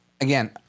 again